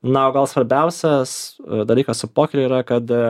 na o gal svarbiausias dalykas su pokeriu yra kad